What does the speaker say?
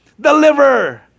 deliver